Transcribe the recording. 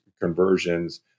conversions